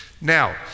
Now